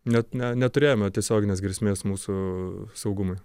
net neturėjome tiesioginės grėsmės mūsų saugumui